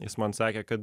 jis man sakė kad